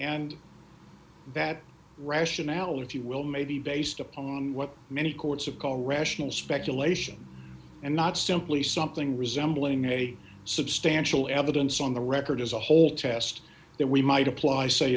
and that rationale if you will may be based upon what many courts of call rational speculation and not simply something resembling a substantial evidence on the record as a whole test that we might apply say